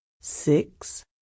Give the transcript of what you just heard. Six